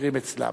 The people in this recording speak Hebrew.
מבקרים אצלם: